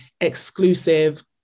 exclusive